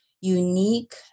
unique